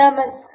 नमस्कार